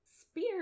spear